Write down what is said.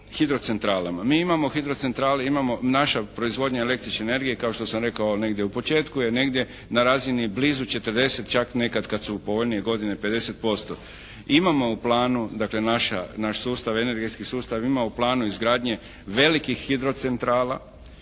hidrocentralama. Mi imamo hidrocentrale, imamo naša proizvodnja električne energije kao što sam rekao negdje u početku je negdje na razini blizu 40 čak nekad kad su povoljnije godine 50%. Imamo u planu, dakle naš sustav, energetski sustav ima u planu izgradnje velikih hidrocentrala